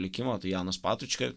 likimo tai janas patučka